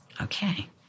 Okay